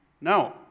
no